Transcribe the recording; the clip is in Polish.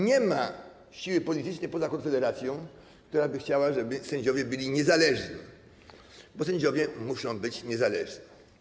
Nie ma siły politycznej poza Konfederacją, która by chciała, żeby sędziowie byli niezależni, bo sędziowie muszą być niezależni.